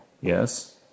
yes